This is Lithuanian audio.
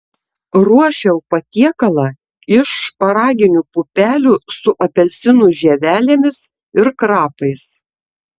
ruošiau patiekalą iš šparaginių pupelių su apelsinų žievelėmis ir krapais